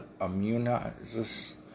immunize